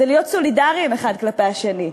זה להיות סולידריים אחד כלפי השני,